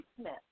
Smith